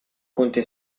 conte